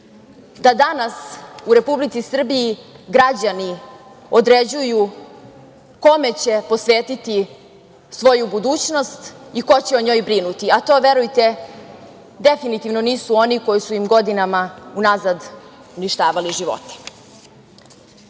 da danas u Republici Srbiji, građani određuju kome će posvetiti svoju budućnost i ko će o njoj brinuti, a to, verujte, definitivno nisu oni koji su im godinama unazad uništavali živote. Jednom